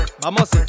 vamos